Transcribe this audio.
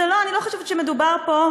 אני לא חושבת שמדובר פה,